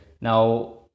now